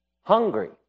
hungry